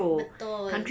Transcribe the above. betul